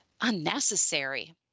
unnecessary